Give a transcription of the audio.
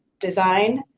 design,